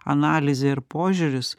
analizė ir požiūris